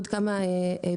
עוד כמה פתרונות,